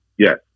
Yes